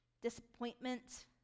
disappointment